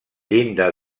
llinda